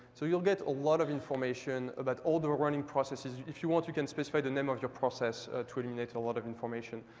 so you'll get a lot of information about all the running processes. if you want, you can specify the name of your process to eliminate a lot of information.